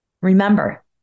Remember